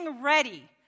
ready